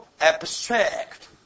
abstract